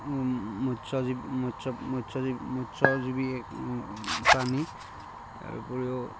মৎসজীৱী মৎস মৎসজীৱী মৎসজীৱী প্ৰাণী তাৰ উপৰিও